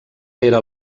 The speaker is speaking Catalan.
era